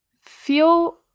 feel